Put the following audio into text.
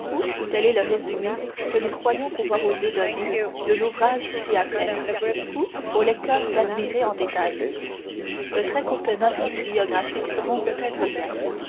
est le résumé que nous croyons pouvoir oser donner de l'ouvrage ci-après au lecteur d'admirer en détail de très courtes notes biographiques feront peut-être bien